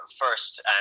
first